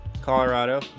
Colorado